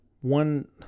One